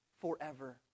forever